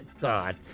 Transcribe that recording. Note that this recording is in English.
God